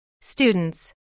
Students